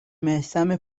میثم